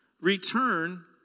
return